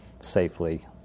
safely